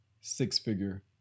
six-figure